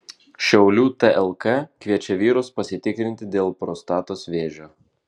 šiaulių tlk kviečia vyrus pasitikrinti dėl prostatos vėžio